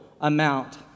amount